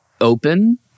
open